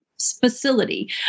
facility